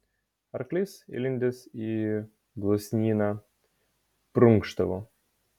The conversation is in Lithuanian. arklys įlindęs į gluosnyną prunkštavo